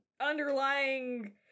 underlying